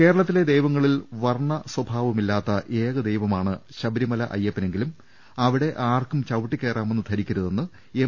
കേരളത്തിലെ ദൈവങ്ങളിൽ വർണ സ്വഭാവമില്ലാത്ത ഏകദൈവമാണ് ശബ രിമല അയ്യപ്പനെങ്കിലും അവിടെ ആർക്കും ചവിട്ടിക്കയറാമെന്ന് ധരിക്കരുതെന്ന് എം